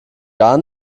gar